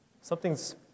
something's